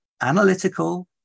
analytical